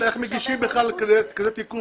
איך מגישים כזה תיקון